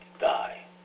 die